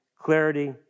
clarity